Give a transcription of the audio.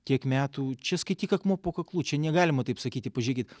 kiek metų čia skaityk akmuo po kaklu čia negalima taip sakyti pažiūrėkit